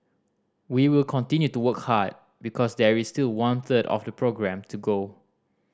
we will continue to work hard because there is still one third of the programme to go